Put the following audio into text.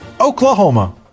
Oklahoma